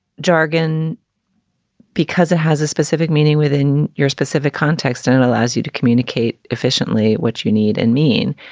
jargon because it has a specific meaning within your specific context and allows you to communicate efficiently what you need and mean,